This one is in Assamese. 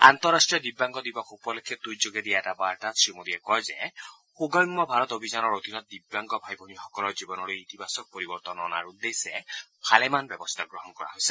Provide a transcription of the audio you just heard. আন্তঃৰাষ্ট্ৰীয় দিব্যাংগ দিৱস উপলক্ষে টুইটযোগে দিয়া এটা বাৰ্তাত শ্ৰীমোদীয়ে কয় যে সূগম্য ভাৰত অভিযানৰ অধীনত দিব্যাংগ ভাই ভনীসকলৰ জীৱনলৈ ইতিবাচক পৰিৱৰ্তন অনাৰ উদ্দেশ্যে ভালেমান ব্যৱস্থা গ্ৰহণ কৰা হৈছে